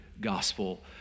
gospel